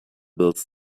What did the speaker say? bills